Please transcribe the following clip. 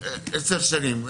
שנים.